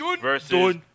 versus